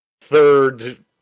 third